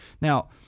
Now